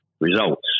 results